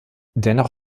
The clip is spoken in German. dennoch